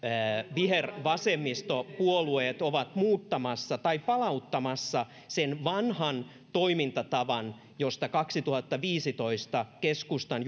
vihervasemmistopuolueet ovat muuttamassa tai palauttamassa sen vanhan toimintatavan josta kaksituhattaviisitoista keskustan